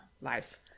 life